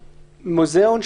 מוזיאון,